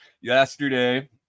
yesterday